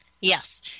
Yes